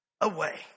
away